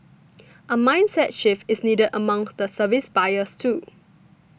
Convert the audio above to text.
a mindset shift is needed among the service buyers too